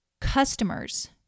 customers